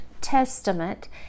testament